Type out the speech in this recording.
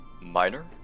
Minor